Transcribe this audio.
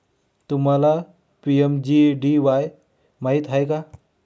तुम्हाला पी.एम.जे.डी.वाई माहित आहे का?